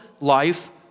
life